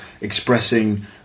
expressing